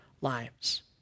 lives